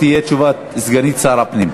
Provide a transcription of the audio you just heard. תהיה תשובת סגנית שר הפנים.